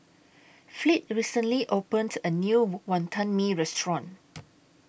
Fleet recently opened A New Wonton Mee Restaurant